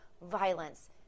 violence